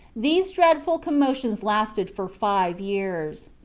these dreadful commotions lasted for five years.